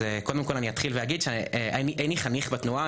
אז קודם כל אני אתחיל ואגיד שאיני חניך בתנועה,